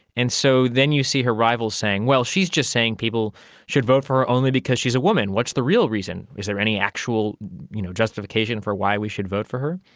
and so then you see her rivals saying, well, she is just saying people should vote for her only because she is a woman. what the real reason? is there any actual you know justification for why we should vote for her?